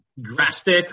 drastic